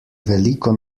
veliko